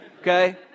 okay